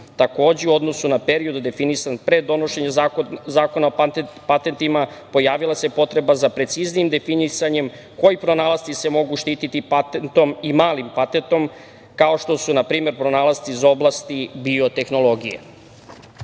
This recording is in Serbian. u odnosu na period definisan pre donošenja Zakona o patentima pojavila se potreba za preciznijim definisanjem koji pronalasci se mogu štititi patentnom i malim patentnom, kao što su na primer pronalasci iz oblasti biotehnologije. Jedan